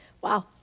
Wow